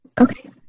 Okay